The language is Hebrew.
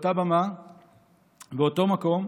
באותה במה ובאותו מקום,